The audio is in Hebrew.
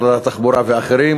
משרד התחבורה ואחרים.